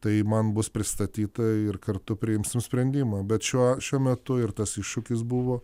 tai man bus pristatyta ir kartu priimsim sprendimą bet šiuo šiuo metu ir tas iššūkis buvo